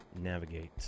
navigate